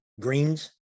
Greens